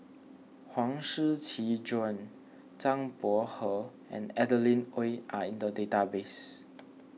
Huang Shiqi Joan Zhang Bohe and Adeline Ooi are in the database